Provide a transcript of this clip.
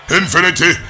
infinity